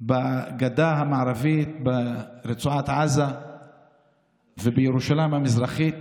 בגדה המערבית, ברצועת עזה ובירושלים המזרחית.